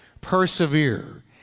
Persevere